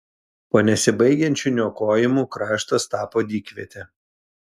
po nesibaigiančių niokojimų kraštas tapo dykviete